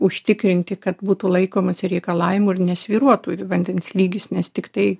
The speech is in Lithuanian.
užtikrinti kad būtų laikomasi reikalavimų ir nesvyruotų vandens lygis nes tiktai